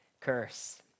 curse